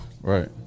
Right